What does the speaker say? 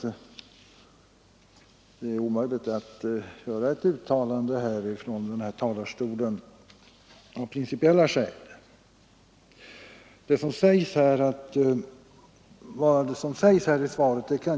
den uppsökanprincipiella skäl är omöjligt att göra ett uttalande i denna sak härifrån de teateroch kontalarstolen. Det som sägs i svaret kan jag helt instämma i.